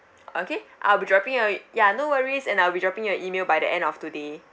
okay I'll be dropping you a ya no worries and I'll be dropping you an email by the end of today